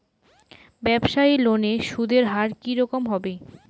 ব্যবসায়ী লোনে সুদের হার কি রকম হবে?